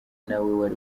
nawe